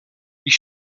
ich